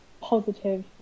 positive